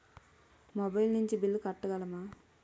Mobile నుంచి bill కట్టగలమ?